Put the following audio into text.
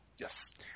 yes